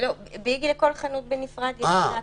"ביג", לכל חנות בנפרד יש תפוסה